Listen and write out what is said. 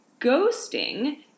ghosting